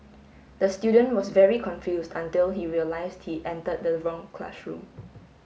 the student was very confused until he realised he entered the wrong classroom